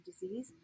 disease